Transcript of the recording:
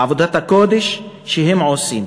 בעבודת הקודש שהם עושים.